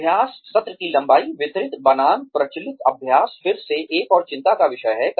अभ्यास सत्र की लंबाई वितरित बनाम प्रचलित अभ्यास फिर से एक और चिंता का विषय है